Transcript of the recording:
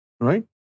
Right